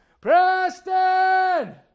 Preston